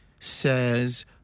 says